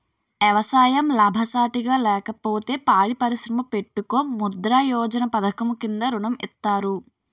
ఎవసాయం లాభసాటిగా లేకపోతే పాడి పరిశ్రమ పెట్టుకో ముద్రా యోజన పధకము కింద ఋణం ఇత్తారు